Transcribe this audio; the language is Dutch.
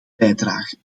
bijdrage